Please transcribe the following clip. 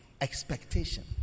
Expectation